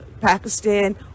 Pakistan